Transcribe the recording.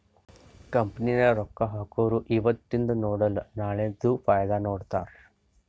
company ನಾಗ್ ರೊಕ್ಕಾ ಹಾಕೊರು ಇವತಿಂದ್ ನೋಡಲ ನಾಳೆದು ಫೈದಾ ನೋಡ್ತಾರ್